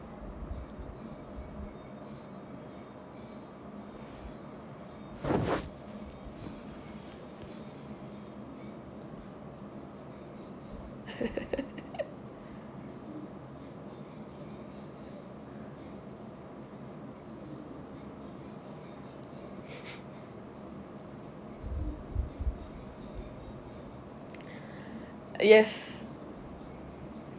yes